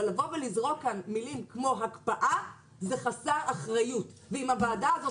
אבל לבוא ולזרוק כאן מילים כמו הקפאה זה חסר אחריות ואם הוועדה הזאת